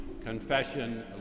confession